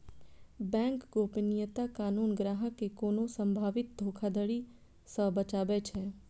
bank गोपनीयता कानून ग्राहक कें कोनो संभावित धोखाधड़ी सं बचाबै छै